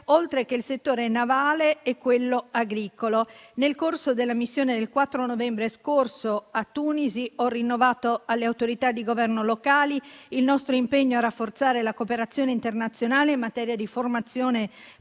oltre che il settore navale e quello agricolo. Nel corso della missione del 4 novembre scorso a Tunisi, ho rinnovato alle autorità di governo locali il nostro impegno a rafforzare la cooperazione internazionale in materia di formazione